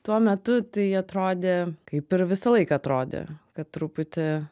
tuo metu tai atrodė kaip ir visą laiką atrodė kad truputį